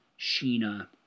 Sheena